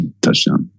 Touchdown